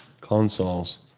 Consoles